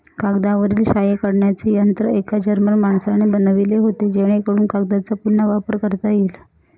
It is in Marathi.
कागदावरील शाई काढण्याचे यंत्र एका जर्मन माणसाने बनवले होते जेणेकरून कागदचा पुन्हा वापर करता येईल